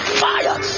fire